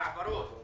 בהעברות,